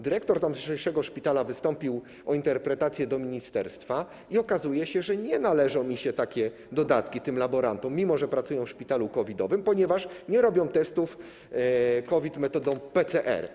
Dyrektor tamtejszego szpitala wystąpił o interpretację do ministerstwa i okazuje się, że nie należą się takie dodatki tym laborantom, mimo że pracują w szpitalu COVID-owym, ponieważ nie robią testów na COVID metodą PCR.